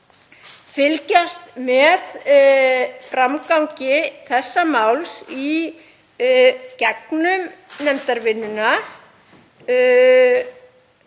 fylgjast með framgangi þessa máls í gegnum nefndarvinnuna.